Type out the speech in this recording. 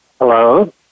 Hello